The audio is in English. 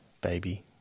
baby